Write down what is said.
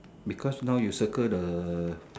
because now you circle the